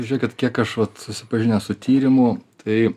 žiūrėkit kiek aš vat susipažinęs su tyrimu tai